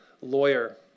lawyer